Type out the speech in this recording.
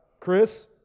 Chris